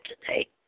today